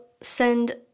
send